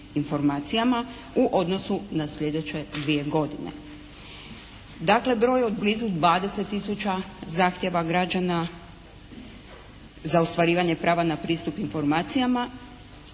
u odnosu na sljedeće dvije godine. Dakle broj od blizu 20 tisuća zahtjeva građana za ostvarivanje prava na pristup informacijama